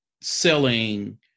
selling